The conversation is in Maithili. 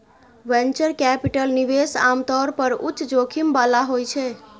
वेंचर कैपिटल निवेश आम तौर पर उच्च जोखिम बला होइ छै